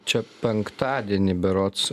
čia penktadienį berods